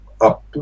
up